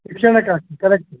ಶಿಕ್ಷಣಕ್ಕೆ ಕರೆಕ್ಟ್